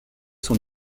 sont